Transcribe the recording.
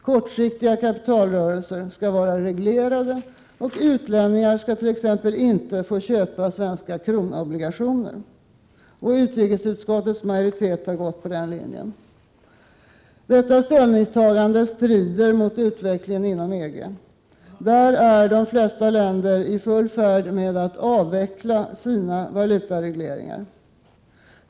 Kortsiktiga kapitalrörelser skall vara reglerade, och utlänningar skall t.ex. inte få köpa svenska kronobligationer. Utrikesutskottets majoritet har också gått på den linjen. Detta ställningstagande strider mot utvecklingen inom EG. Där är de flesta länder i full färd med att avveckla sina valutaregleringar.